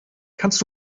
kannst